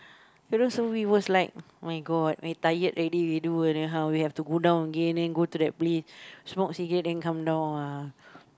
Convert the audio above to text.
you know so we was like oh-my-god very tired already we do and then how we have to go down again then go to that place smoke cigarettes then come down !wah!